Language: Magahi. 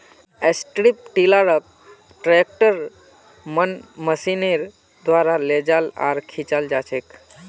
स्ट्रिप टीलारक ट्रैक्टरेर मन मशीनेर द्वारा लेजाल आर खींचाल जाछेक